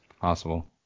possible